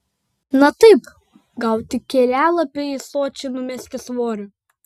na taip gauti kelialapį į sočį numesti svorio